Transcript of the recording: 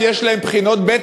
יש להם בחינות וב.